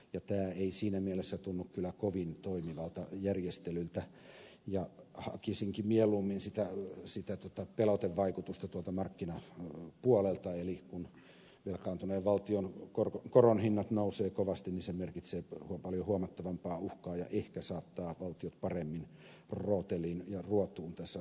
tämä ei siinä mielessä tunnu kyllä kovin toimivalta järjestelyltä ja hakisinkin mieluummin sitä pelotevaikutusta tuolta markkinapuolelta eli kun velkaantuneen valtion koron hinnat nousevat kovasti se merkitsee paljon huomattavampaa uhkaa ja ehkä saattaa valtiot paremmin rooteliin ja ruotuun tässä asiassa